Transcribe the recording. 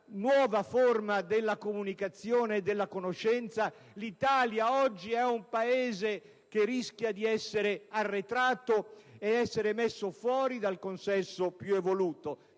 nuova forma della comunicazione e della conoscenza? L'Italia oggi è un Paese che rischia di essere arretrato e di essere messo fuori dal consesso più evoluto.